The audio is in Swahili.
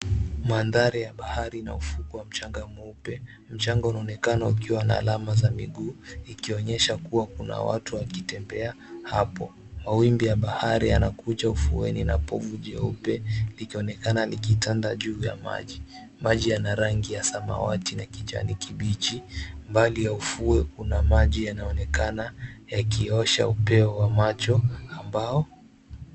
Mandhari ya bahari na ufukwe wa mchanga mweupe. Mchanga unaonekana ukiwa na alama za miguu ikionyesha kua kuna watu wakitembea hapo. Mawimbi ya bahari yanakuja ufueni na povu jeupe likionekana likitanda juu ya maji. Maji yana rangi ya samawati na kijani kibichi. Mbali ya ufuo kuna maji yanaonekana yakiosha upeo wa macho ambao.